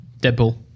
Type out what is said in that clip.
Deadpool